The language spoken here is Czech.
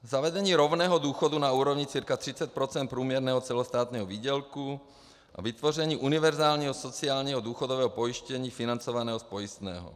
Zavedení rovného důchodu na úrovni cca 30 % průměrného celostátního výdělku a vytvoření univerzálního sociálního důchodového pojištění, financovaného z pojistného.